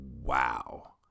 wow